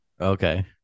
Okay